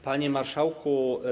Panie Marszałku!